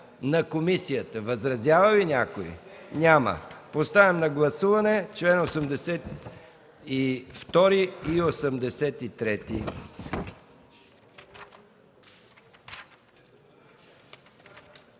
на комисията? Възразява ли някой? Няма. Поставям на гласуване чл. 82 и чл.